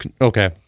Okay